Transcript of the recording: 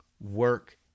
Work